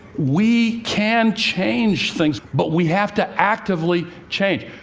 we can change things, but we have to actively change.